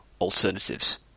alternatives